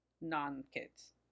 non-kids